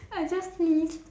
I just finished